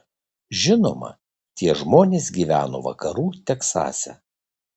žinoma tie žmonės gyveno vakarų teksase